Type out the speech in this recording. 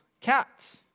cats